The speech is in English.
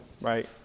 right